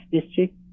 district